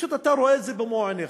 פשוט אתה רואה את זה במו עיניך.